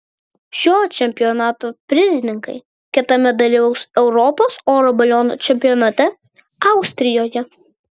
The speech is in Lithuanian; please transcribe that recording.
šio čempionato prizininkai kitąmet dalyvaus europos oro balionų čempionate austrijoje